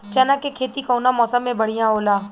चना के खेती कउना मौसम मे बढ़ियां होला?